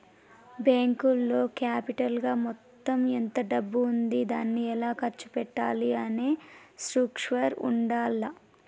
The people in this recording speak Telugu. బ్యేంకులో క్యాపిటల్ గా మొత్తం ఎంత డబ్బు ఉంది దాన్ని ఎలా ఖర్చు పెట్టాలి అనే స్ట్రక్చర్ ఉండాల్ల